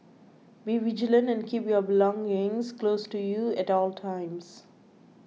be vigilant and keep your belongings close to you at all times